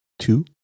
Two